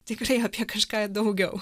tikrai apie kažką daugiau